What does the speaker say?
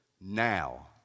Now